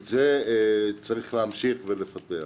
את זה צריך להמשיך ולפתח.